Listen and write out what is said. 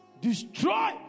Destroy